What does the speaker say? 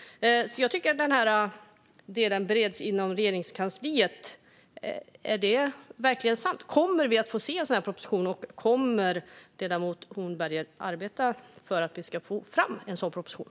Är det verkligen sant att det bereds inom Regeringskansliet? Kommer vi att få se en proposition? Kommer ledamoten Hornberger att arbeta för en sådan?